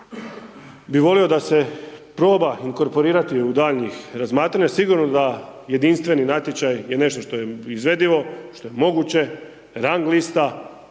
bi volio da se proba inkorporirati u daljnjih razmatranja. Sigurno da jedinstveni natječaj je nešto što je izvedivo, što je moguće, rang lista,